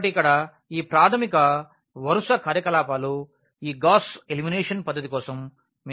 కాబట్టి ఇక్కడ ఈ ప్రాథమిక వరుస కార్యకలాపాలు ఈ గాస్ ఎలిమినేషన్ పద్ధతి కోసం మేము ఉపయోగిస్తాము